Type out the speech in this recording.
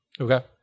Okay